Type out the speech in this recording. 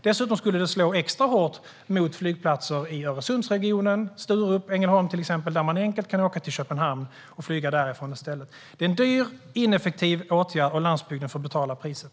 Dessutom skulle skatten slå extra hårt mot flygplatser i Öresundsregio-nen, till exempel Sturup och Ängelholm, där man enkelt kan åka till Köpenhamn och flyga därifrån i stället. Det är en dyr och ineffektiv åtgärd, och landsbygden får betala priset.